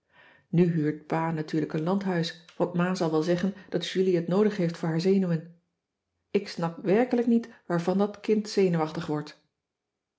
huurt pa natuurlijk een landhuis want ma zal wel zeggen dat julie het noodig heeft voor haar zenuwen ik snap werkelijk niet waarvan dat kind zenuwachtig wordt